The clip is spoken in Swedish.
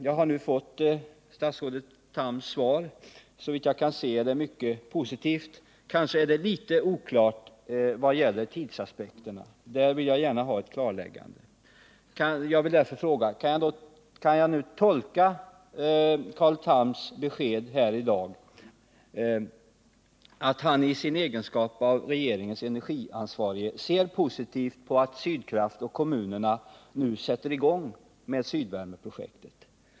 Jag har nu fått statsrådet Thams svar. Såvitt jag kan se är det mycket positivt. Kanske är det litet oklart vad gäller tidsaspekterna, och på den punkten vill jag gärna ha ett klarläggande. Jag vill därför fråga om jag kan tolka Carl Thams besked här i dag så att han i sin egenskap av regeringens energiansvarige ser positivt på att Sydkraft och kommunerna nu sätter i gång med Sydvärmeprojektet.